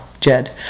Jed